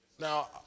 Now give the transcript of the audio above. Now